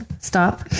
stop